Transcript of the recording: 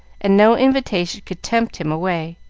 and no invitation could tempt him away,